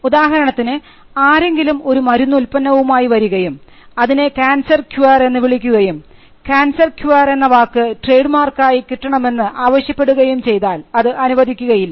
ഉദാഹരണത്തിന് ആരെങ്കിലും ഒരു മരുന്നുല്പന്നവുമായി വരികയും അതിനെ കാൻസർ ക്യുർ എന്ന് വിളിക്കുകയും കാൻസർ ക്യുർ എന്ന വാക്ക് ട്രേഡ് മാർക്കായി കിട്ടണമെന്ന് ആവശ്യപ്പെടുകയും ചെയ്താൽ അത് അനുവദിക്കുകയില്ല